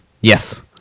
Yes